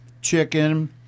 chicken